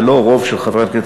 ולא רוב של חברי הכנסת,